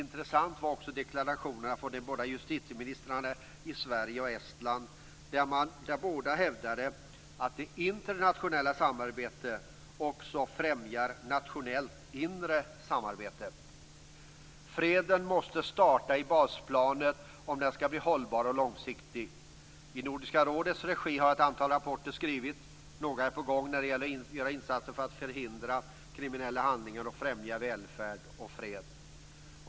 Intressanta var också deklarationerna från de båda justitieministrarna i Sverige och Estland, där man från båda sidor hävdade att det internationella samarbetet också främjar nationellt inre samarbete. Freden måste starta i basplanet om den skall bli hållbar och långsiktig. I Nordiska rådets regi har ett antal rapporter skrivits. Några är på gång när det gäller att göra insatser för att förhindra kriminella handlingar och främja välfärd och fred.